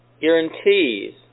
guarantees